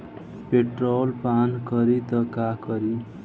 Petrol पान करी त का करी?